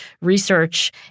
research